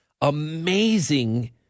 amazing